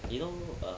you know uh